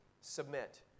submit